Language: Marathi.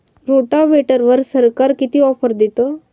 रोटावेटरवर सरकार किती ऑफर देतं?